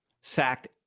sacked